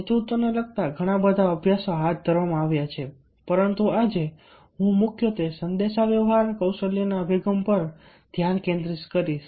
નેતૃત્વને લગતા ઘણા બધા અભ્યાસો હાથ ધરવામાં આવ્યા છે પરંતુ આજે હું મુખ્યત્વે સંદેશાવ્યવહાર કૌશલ્યના અભિગમ પર ધ્યાન કેન્દ્રિત કરીશ